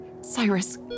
Cyrus